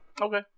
Okay